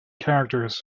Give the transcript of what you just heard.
characters